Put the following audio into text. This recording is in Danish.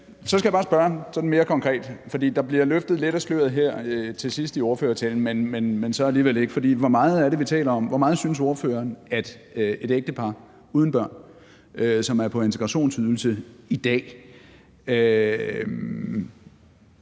Så skal jeg bare spørge sådan mere konkret, for der bliver løftet lidt af sløret her til sidst i ordførertalen, men så alligevel ikke: Hvor meget er det, vi taler om? Hvor meget synes ordføreren at et ægtepar uden børn, som er på integrationsydelse i dag,